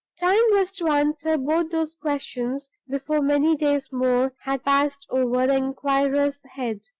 time was to answer both those questions before many days more had passed over the inquirer's head.